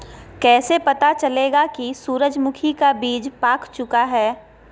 कैसे पता चलेगा की सूरजमुखी का बिज पाक चूका है?